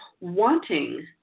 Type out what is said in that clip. wanting